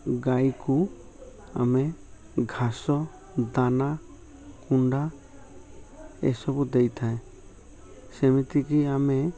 ଗାଈକୁ ଆମେ ଘାସ ଦାନା କୁଣ୍ଡା ଏସବୁ ଦେଇଥାଏ ସେମିତିକି ଆମେ